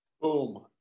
Boom